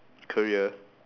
career